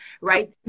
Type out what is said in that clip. right